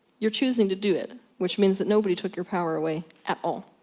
you're choosing to do it. which means that nobody took your power away at all.